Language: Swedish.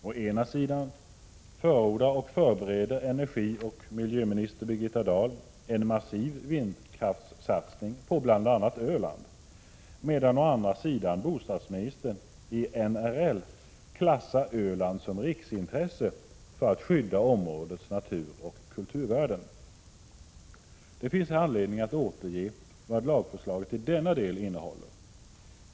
Å ena sidan förordar och förbereder energioch miljöminister Birgitta Dahl en massiv vindkraftssatsning på bl.a. Öland, medan å andra sidan bostadsministern i NRL klassar Öland som riksintresse för att skydda områdets naturoch kulturvärden. Det finns anledning att här återge vad lagförslaget i denna del innehåller.